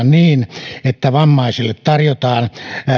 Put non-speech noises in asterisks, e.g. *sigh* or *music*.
*unintelligible* niin että vammaiselle tarjotaan